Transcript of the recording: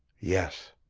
yes.